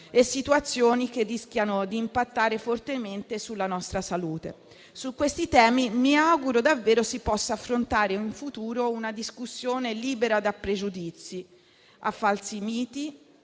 e situazioni che rischiano di impattare fortemente sulla nostra salute. Su questi temi mi auguro davvero si possa affrontare in futuro una discussione libera da pregiudizi, da falsi miti